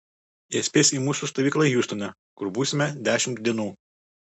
jie spės į mūsų stovyklą hjustone kur būsime dešimt dienų